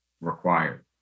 required